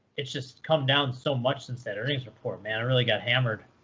it's just come down so much since that earnings report, man. it really got hammered.